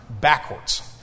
backwards